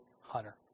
hunter